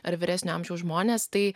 ar vyresnio amžiaus žmonės tai